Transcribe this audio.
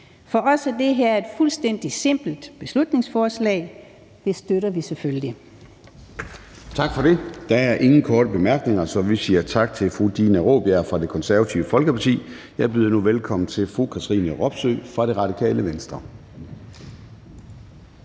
For os er det her et fuldstændig simpelt beslutningsforslag, og det støtter vi selvfølgelig.